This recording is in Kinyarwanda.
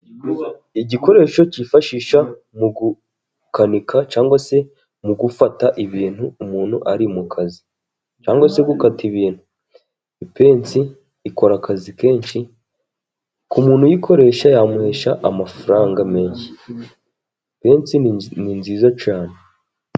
igikoresho kifashisha mu gukanika, cyangwa se mu gufata ibintu umuntu ari mu kazi. Cyangwa se gukata ibintu. Ipennsi ikora akazi kenshi, ku muntu uyikoresha, yamuhesha amafaranga menshi. Ipensi ni nziza cyane.